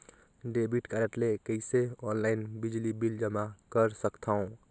Debit card ले कइसे online बिजली बिल जमा कर सकथव?